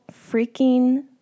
freaking